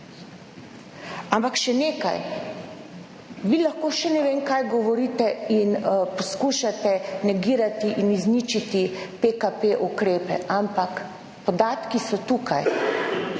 Ampak še nekaj. Vi lahko še ne vem kaj govorite in poskušate negirati in izničiti PKP ukrepe, ampak podatki so tukaj.